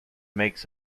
makes